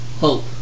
Hope